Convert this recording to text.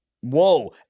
Whoa